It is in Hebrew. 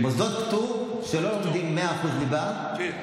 הוא בעד חיבור ואהבה לא בעד פירוד, כמו כולנו.